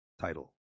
title